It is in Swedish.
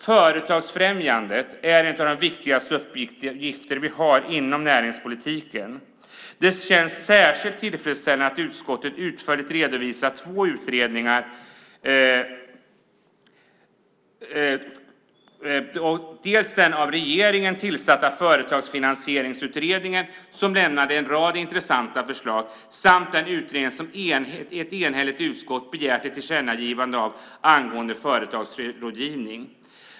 Företagsfrämjande är en av de viktigaste uppgifterna vi har inom näringspolitiken. Det känns särskilt tillfredsställande att utskottet utförligt redovisat två utredningar, dels den av regeringen tillsatta Företagsfinansieringsutredningen som har lämnat en rad intressanta förslag, dels den utredning som ett enhälligt utskott har begärt om företagsrådgivning.